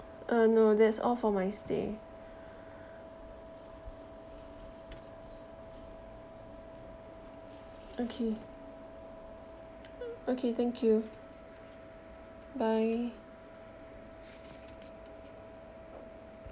uh no that's all for my stay okay okay thank you bye